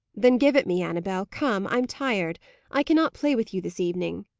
then give it me, annabel. come! i am tired i cannot play with you this evening.